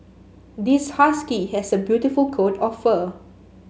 this husky has a beautiful coat of fur